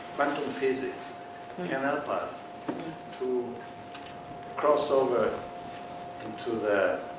franken-physics can help us to cross over into